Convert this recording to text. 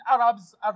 Arabs